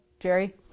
Jerry